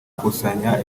gukusanya